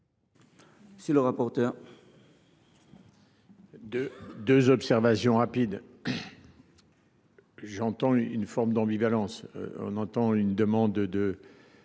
monsieur le rapporteur,